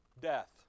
Death